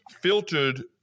filtered